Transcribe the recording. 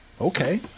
okay